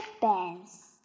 bands